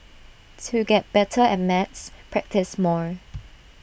to get better at maths practise more